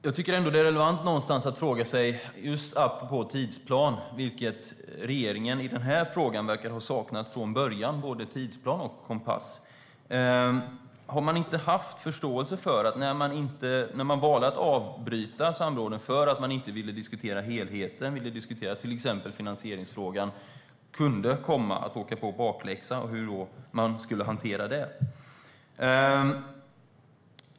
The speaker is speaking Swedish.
Herr talman! Apropå tidsplan verkar regeringen ha saknat både tidsplan och kompass från början i denna fråga. Förstod man inte när man valde att avbryta samrådet för att man inte ville diskutera helheten, till exempel finansieringsfrågan, att man kunde åka på bakläxa? Och hur skulle man i så fall hantera det?